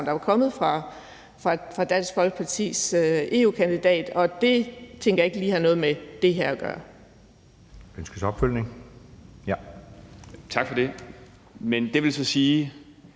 der var kommet fra Dansk Folkepartis EU-kandidat, og det tænker jeg ikke lige har noget med det her at gøre.